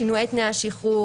שינויי תנאי השחרור,